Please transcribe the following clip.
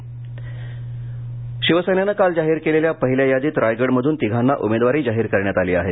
उमेदवार शिवसेनेनं काल जाहीर केलेल्या पहिल्या यादीत रायगडमधून तिघांना उमेदवारी जाहीर करण्यात आली आहे